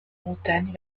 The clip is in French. montagnes